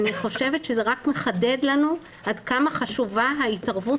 אני חושבת שזה רק מחדד לנו עד כמה חשובה ההתערבות